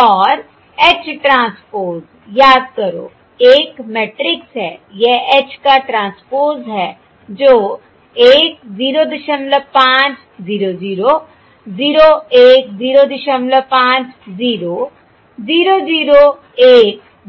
और H transpose याद करो एक मैट्रिक्स है यह H का ट्रांसपोज़ है जो 1 05 0 0 0 1 05